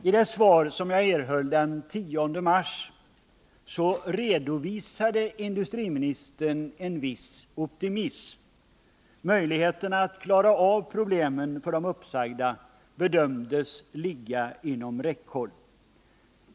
I det svar som jag erhöll den 10 mars visade industriministern en viss optimism. Möjligheterna att klara av problemen för de uppsagda bedömdes ligga inom räckhåll.